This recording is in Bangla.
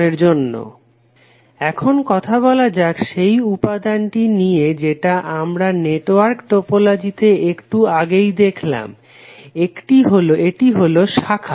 Now let us talk about the elements which we just saw in the network topology one is branch এখন কথা বলা যাক সেই উপাদানটি নিয়ে যেটা আমরা নেটওয়ার্ক টোপোলজিতে একটু আগেই দেখলাম একটি হলো শাখা